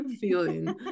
feeling